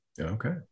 Okay